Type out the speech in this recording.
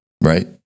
Right